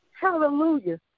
Hallelujah